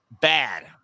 bad